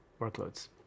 workloads